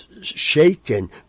shaken